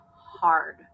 hard